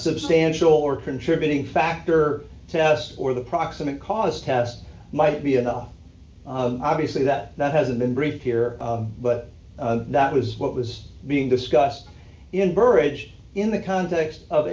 substantial or contributing factor test or the proximate cause test might be enough obviously that that hasn't been briefed here but that was what was being discussed in burrage in the context of